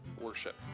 worship